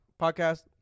podcast